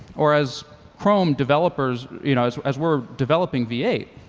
or as chrome developers you know so as we're developing v eight,